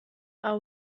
are